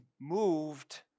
moved